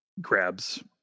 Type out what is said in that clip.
grabs